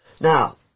Now